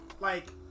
like-